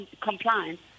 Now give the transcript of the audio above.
compliance